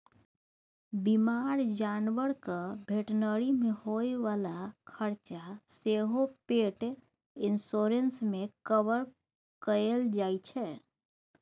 बीमार जानबरक भेटनरी मे होइ बला खरचा सेहो पेट इन्स्योरेन्स मे कवर कएल जाइ छै